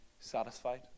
Satisfied